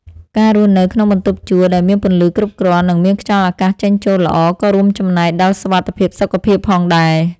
ការរស់នៅក្នុងបន្ទប់ជួលដែលមានពន្លឺគ្រប់គ្រាន់និងមានខ្យល់អាកាសចេញចូលល្អក៏រួមចំណែកដល់សុវត្ថិភាពសុខភាពផងដែរ។